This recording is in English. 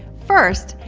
first,